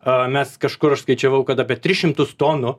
o mes kažkur aš skaičiavau kad apie tris šimtus tonų